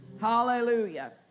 Hallelujah